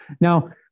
Now